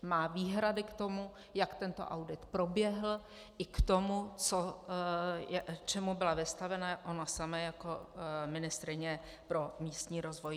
Má výhrady k tomu, jak tento audit proběhl, i k tomu, čemu byla vystavena ona sama jako ministryně pro místní rozvoj.